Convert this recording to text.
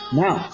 now